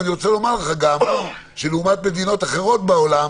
אני רוצה לומר לך גם שלעומת מדינות אחרות בעולם,